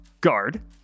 Guard